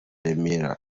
remera